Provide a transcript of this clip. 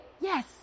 Yes